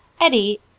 Eddie